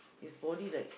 his body like